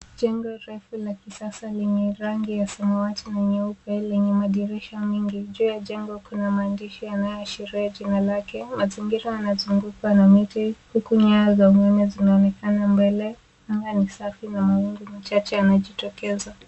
Jengo refu la kisasa lenye rangi ya samawati na nyeupe lenye madirisha mengi juu ya jengo kuna maandishi yanayo ashiria jina lake mazingira yanazungukwa na miti huku nyaya za umeme zinaonekana mbele anga ni safi na mawingu chache yanajitokeza.